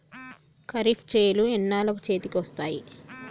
ఖరీఫ్ చేలు ఎన్నాళ్ళకు చేతికి వస్తాయి?